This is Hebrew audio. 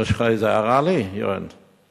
יש לך איזה הערה לי, יואל?